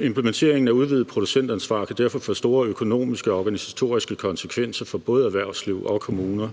Implementeringen af udvidet producentansvar vil derfor få store økonomiske og organisatoriske konsekvenser for både erhvervsliv og kommuner.